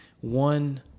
one